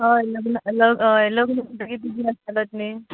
हय लग्न म्हणटकीच बिझी आसतलोच न्ही